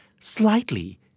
Slightly